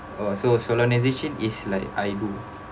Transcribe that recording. oh so solemnisation is like I do